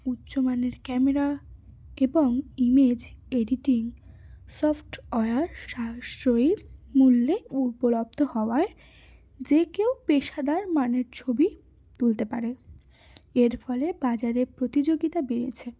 উচ্চমানের ক্যামেরা এবং image editing software সাশ্রয়ী মূল্যে উপলব্ধ হওয়ায় যে কেউ পেশাদার মানের ছবি তুলতে পারে এর ফলে বাজারে প্রতিযোগিতা বেড়েছে